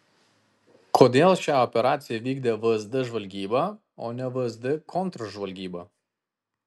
kodėl šią operaciją vykdė vsd žvalgyba o ne vsd kontržvalgyba